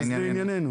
אז לענייננו